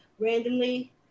randomly